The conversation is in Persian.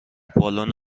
بالون